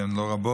הן לא רבות.